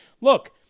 look